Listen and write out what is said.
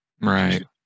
Right